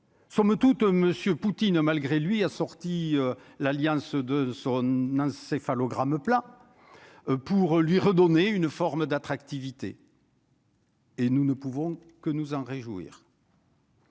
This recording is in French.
somme toute, monsieur Poutine malgré lui a sorti l'alliance de ce n'encéphalogramme plat pour lui redonner une forme d'attractivité. Et nous ne pouvons que nous en réjouir.